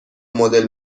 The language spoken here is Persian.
مدل